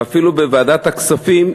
ואפילו בוועדת הכספים,